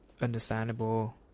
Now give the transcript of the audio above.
understandable